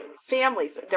families